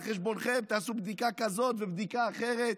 על חשבונכם תעשו בדיקה כזאת ובדיקה אחרת?